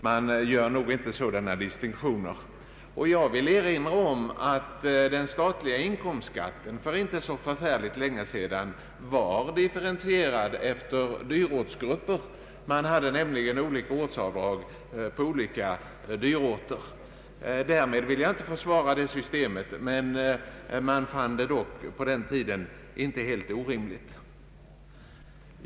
Man gör nog inte sådana distinktioner. Jag vill erinra om att den statliga inkomstskatten för inte så länge sedan var differentierad genom olika ortsavdrag i olika dyrortsgrupper. Därmed vill jag inte försvara det systemet, Man fann det dock på den tiden inte orimligt.